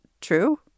true